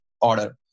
order